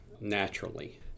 naturally